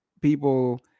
people